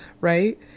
Right